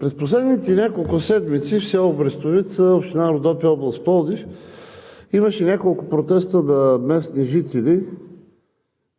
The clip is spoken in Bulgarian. през последните няколко седмици в село Брестовица, община Родопи, област Пловдив, имаше няколко протеста на местни жители